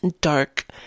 dark